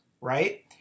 right